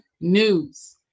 news